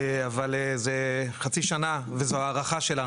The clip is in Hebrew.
אבל זה חצי שנה וזו הערכה שלנו.